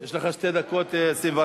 יש לך 2.24 דקות.